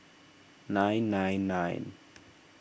nine nine nine